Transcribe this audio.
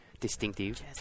Distinctive